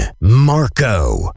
Marco